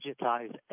digitize